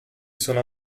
sono